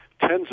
tens